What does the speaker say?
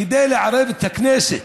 כדי לערב את הכנסת,